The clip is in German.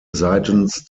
seitens